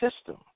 system